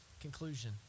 conclusion